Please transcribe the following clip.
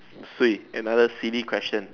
swee another silly question